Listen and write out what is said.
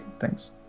Thanks